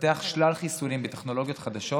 ולפתח שלל חיסונים בטכנולוגיות חדשות,